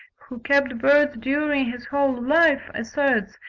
who kept birds during his whole life, asserts,